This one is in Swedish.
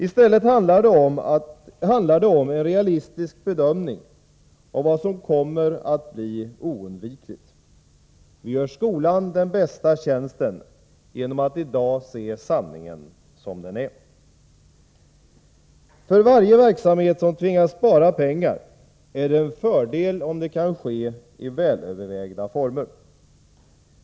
I stället handlar det om en realistisk bedömning av vad som kommer att bli oundvikligt. Vi gör skolan den bästa tjänsten genom att i dag se sanningen som den är. För varje verksamhet som tvingas spara pengar är det en fördel om det kan ske i välövervägda former.